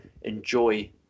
enjoy